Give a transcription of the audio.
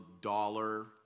Dollar